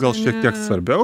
gal šiek tiek svarbiau